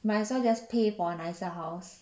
might as well just pay for a nicer house